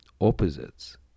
opposites